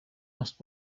asked